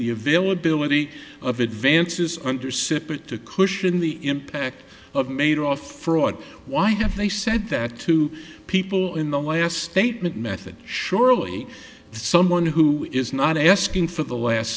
availability of advances under separate to cushion the impact of made off fraud why have they said that two people in the last statement method surely someone who is not asking for the last